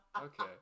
Okay